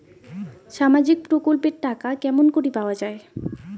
সামাজিক প্রকল্পের টাকা কেমন করি পাওয়া যায়?